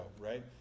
right